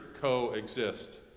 coexist